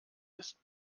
ist